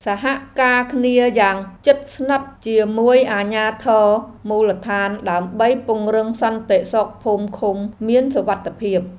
សហការគ្នាយ៉ាងជិតស្និទ្ធជាមួយអាជ្ញាធរមូលដ្ឋានដើម្បីពង្រឹងសន្តិសុខភូមិឃុំមានសុវត្ថិភាព។